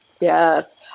Yes